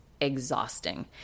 exhausting